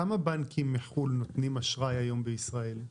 כמה בנקים מחו"ל נותנים היום אשראי בישראל?